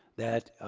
that,